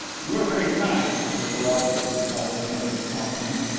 you are very kind, was carrados's acknowledgment of the compliment.